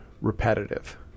repetitive